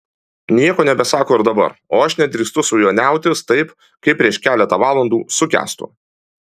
nieko nebesako ir dabar o aš nedrįstu su juo niautis taip kaip prieš keletą valandų su kęstu